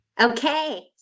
Okay